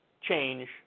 change